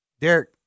Derek